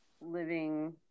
living